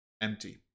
empty